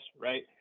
right